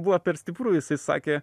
buvo per stipru jisai sakė